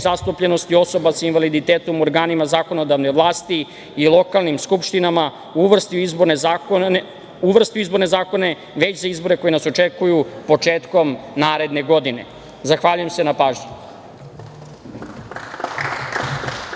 zastupljenosti osoba sa invaliditetom u organima zakonodavne vlasti i lokalnim skupštinama uvrsti u izborne zakone već za izbore koji nas očekuju početkom naredne godine? Zahvaljujem se na pažnji.